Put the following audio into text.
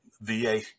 VA